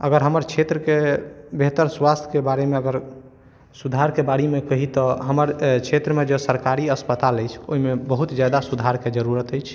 अगर हमर क्षेत्र के बेहतर स्वास्थ्य के बारे मे अगर सुधार के बारे मे कही तऽ हमर क्षेत्र मे जे सरकारी अस्पताल अछि ओहिमे बहुत जादा सुधार के जरूरत अछि